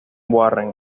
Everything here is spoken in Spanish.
warren